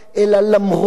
אלא למרות